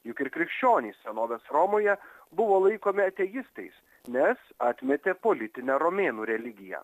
juk ir krikščionys senovės romoje buvo laikomi ateistais nes atmetė politinę romėnų religiją